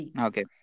okay